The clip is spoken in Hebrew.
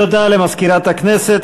תודה למזכירת הכנסת.